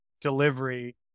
delivery